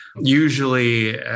Usually